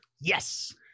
Yes